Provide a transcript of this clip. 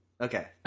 Okay